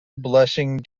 blushing